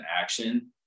action